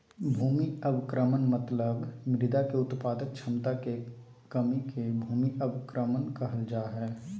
भूमि अवक्रमण मतलब मृदा के उत्पादक क्षमता मे कमी के भूमि अवक्रमण कहल जा हई